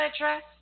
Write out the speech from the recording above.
address